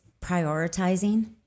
prioritizing